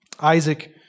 Isaac